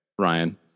Ryan